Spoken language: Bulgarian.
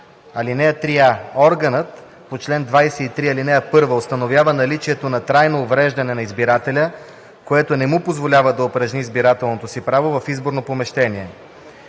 3а: „(3а) Органът по чл. 23, ал. 1 установява наличието на трайно увреждане на избирателя, което не му позволява да упражни избирателното си право в изборно помещение: